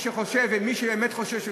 מי שבאמת חושב,